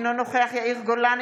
אינו נוכח יאיר גולן,